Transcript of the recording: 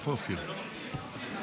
איפה אופיר?